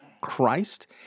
Christ